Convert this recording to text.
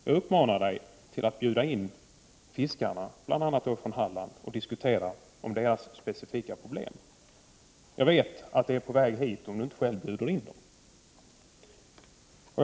Jag uppmanar arbetsmarknadsministern att bjuda in fiskarna från bl.a. Halland för att diskutera deras specifika problem. Jag vet att de är på väg hit, om inte arbetsmarknadsministern själv bjuder in dem.